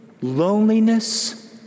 loneliness